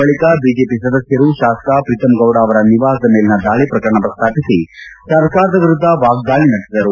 ಬಳಿಕ ಬಿಜೆಪಿ ಸದಸ್ಯರು ಶಾಸಕ ಪ್ರೀತಂಗೌಡ ಅವರ ನಿವಾಸದ ಮೇಲಿನ ದಾಳಿ ಪ್ರಕರಣ ಪ್ರಸ್ತಾಪಿಸಿ ಸರ್ಕಾರದ ವಿರುದ್ದ ವಾಗ್ದಾಳಿ ನಡೆಸಿದರು